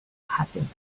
happiness